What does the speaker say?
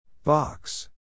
Box